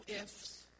ifs